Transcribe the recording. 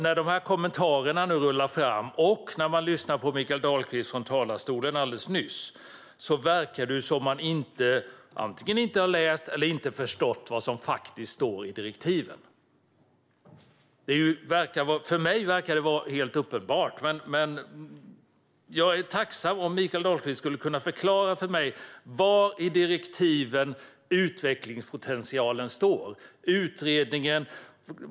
När kommentarerna nu rullar fram och man lyssnar på Mikael Dahlqvists anförande verkar det som om de antingen inte har läst eller inte förstått vad som faktiskt står i direktiven. För mig verkar detta vara helt uppenbart. Jag är tacksam om Mikael Dahlqvist skulle kunna förklara för mig var i direktiven utvecklingspotentialen står.